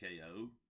KO